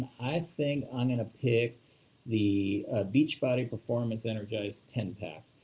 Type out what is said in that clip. i think i'm going to pick the beachbody performance energize ten pack.